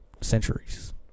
centuries